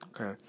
Okay